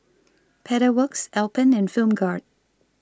Pedal Works Alpen and Film Grade